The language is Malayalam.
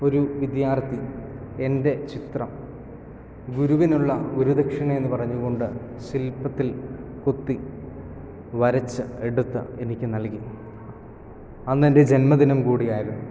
ഒരു വിദ്യാർത്ഥി എൻ്റെ ചിത്രം ഗുരുവിനുള്ള ഗുരു ദക്ഷിണയെന്ന് പറഞ്ഞു കൊണ്ട് ശിൽപത്തിൽ കൊത്തി വരച്ച് എടുത്ത് എനിക്ക് നൽകി അന്ന് എൻ്റെ ജന്മദിനം കൂടിയായിരുന്നു